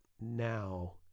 now